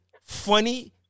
funny